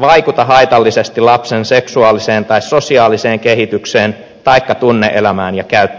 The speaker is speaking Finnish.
vaikuta haitallisesti lapsen seksuaaliseen tai sosiaaliseen kehitykseen taikka tunne elämään ja käyttäytymiseen